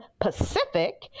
Pacific